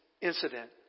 incident